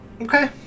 Okay